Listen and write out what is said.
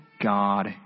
God